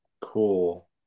Cool